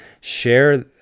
Share